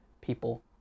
people